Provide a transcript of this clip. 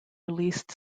released